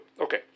Okay